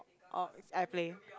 orh it's airplane